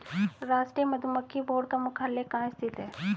राष्ट्रीय मधुमक्खी बोर्ड का मुख्यालय कहाँ स्थित है?